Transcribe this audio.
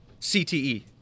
CTE